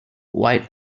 white